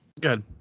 Good